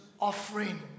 offering